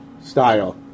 style